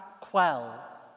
quell